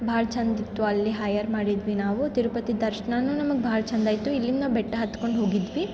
ಭಾಳ ಚಂದ ಇತ್ತು ಅಲ್ಲಿ ಹೈಯರ್ ಮಾಡಿದ್ವಿ ನಾವು ತಿರುಪತಿ ದರ್ಶನ ನಮ್ಗೆ ಭಾಳ ಚಂದ ಆಯಿತು ಇಲ್ಲಿ ನಾವು ಬೆಟ್ಟ ಹತ್ಕೊಂಡು ಹೋಗಿದ್ವಿ